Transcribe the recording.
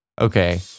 okay